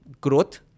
growth